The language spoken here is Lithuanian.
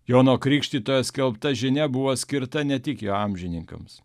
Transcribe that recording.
jono krikštytojo skelbta žinia buvo skirta ne tik jo amžininkams